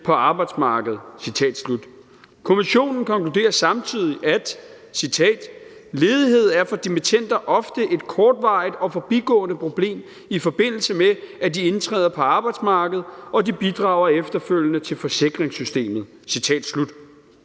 på arbejdsmarkedet«. Kommissionen konkluderer samtidig: »Ledighed er for dimittender ofte et kortvarigt og forbigående problem i forbindelse med, at de indtræder på arbejdsmarkedet, og de bidrager efterfølgende til forsikringssystemet«.